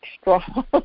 strong